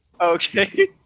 okay